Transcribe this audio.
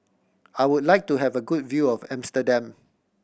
I would like to have a good view of Amsterdam